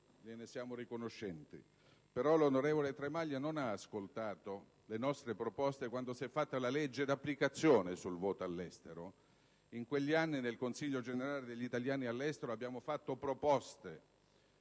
siamo riconoscenti; però egli non ha ascoltato le nostre proposte quando si è fatta la legge di applicazione sul voto all'estero. In quegli anni nel Consiglio generale degli italiani all'estero abbiamo presentato proposte